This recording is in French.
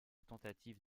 tentative